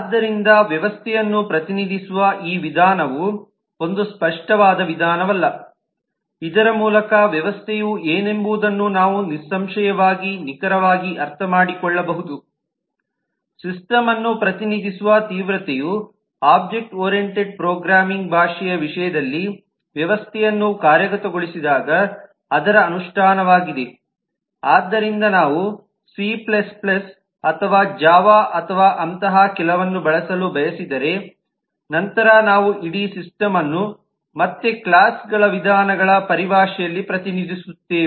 ಆದ್ದರಿಂದ ವ್ಯವಸ್ಥೆಯನ್ನು ಪ್ರತಿನಿಧಿಸುವ ಈ ವಿಧಾನವು ಒಂದು ಸ್ಪಷ್ಟವಾದ ವಿಧಾನವಲ್ಲ ಇದರ ಮೂಲಕ ವ್ಯವಸ್ಥೆಯು ಏನೆಂಬುದನ್ನು ನಾವು ನಿಸ್ಸಂಶಯವಾಗಿ ನಿಖರವಾಗಿ ಅರ್ಥಮಾಡಿಕೊಳ್ಳಬಹುದುಸಿಸ್ಟಮ್ ಅನ್ನು ಪ್ರತಿನಿಧಿಸುವ ತೀವ್ರತೆಯು ಒಬ್ಜೆಕ್ಟ್ ಓರಿಯೆಂಟೆಡ್ ಪ್ರೋಗ್ರಾಮಿಂಗ್ ಭಾಷೆಯ ವಿಷಯದಲ್ಲಿ ವ್ಯವಸ್ಥೆಯನ್ನು ಕಾರ್ಯಗತಗೊಳಿಸಿದಾಗ ಅದರ ಅನುಷ್ಠಾನವಾಗಿದೆ ಆದ್ದರಿಂದ ನಾವು ಸಿ C ಅಥವಾ ಜಾವಾ ಅಥವಾ ಅಂತಹ ಕೆಲವನ್ನು ಬಳಸಲು ಬಯಸಿದರೆನಂತರ ನಾವು ಇಡೀ ಸಿಸ್ಟಮ್ನ್ನು ಮತ್ತೆ ಕ್ಲಾಸ್ ಗಳ ವಿಧಾನಗಳ ಪರಿಭಾಷೆಯಲ್ಲಿ ಪ್ರತಿನಿಧಿಸುತ್ತೇವೆ